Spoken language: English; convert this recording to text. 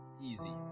easy